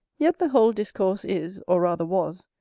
yet the whole discourse is, or rather was,